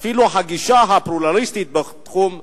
אפילו שהגישה הפלורליסטית בתחום הגיור,